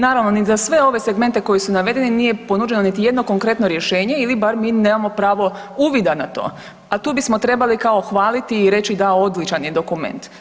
Naravno ni da sve ove segmente koje su navedeni nije ponuđeno niti jedno konkretno rješenje ili bar mi nemamo pravo uvida na to, a tu bismo trebali kao hvaliti i reći da odličan je dokument.